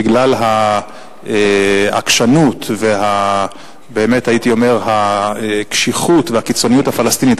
בגלל העקשנות והקשיחות והקיצוניות הפלסטינית,